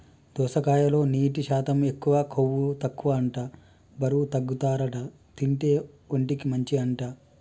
దోసకాయలో నీటి శాతం ఎక్కువ, కొవ్వు తక్కువ అంట బరువు తగ్గుతారట తింటే, ఒంటికి మంచి అంట